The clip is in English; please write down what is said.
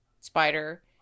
Spider